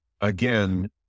again